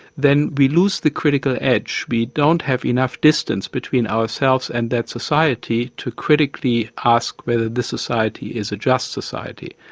then we lose the critical edge we don't have enough distance between ourselves and that society to critically ask whether the society is a just society.